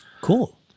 Cool